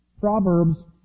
Proverbs